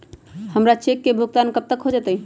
हमर चेक के भुगतान कब तक हो जतई